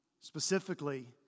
Specifically